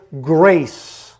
grace